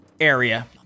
area